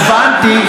הבנתי.